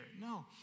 No